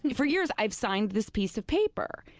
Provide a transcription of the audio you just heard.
and for years i have signed this piece of paper.